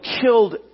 killed